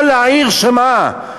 כל העיר שמעה,